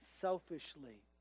selfishly